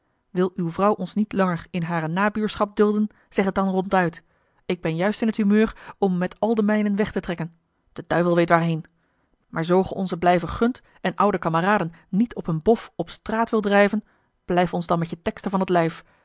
wil uwe vrouw ons niet langer in hare nabuurschap dulden zeg het dan ronduit ik ben juist osboom oussaint t humeur om met al de mijnen weg te trekken de duivel weet waarheen maar zoo gij ons t blijven gunt en oude kameraden niet op een bof op straat wilt drijven blijf ons dan met je teksten van het lijf